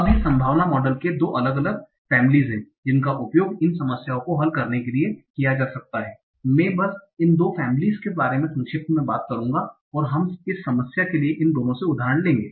अब वे संभावना मॉडल के 2 अलग अलग फेमेलीस हैं जिनका उपयोग इन समस्याओं को हल करने के लिए किया जा सकता है मैं बस इन 2 फेमेलीस के बारे में संक्षेप में बात करूंगा और हम इस समस्या के लिए इन दोनों से उदाहरण लेंगे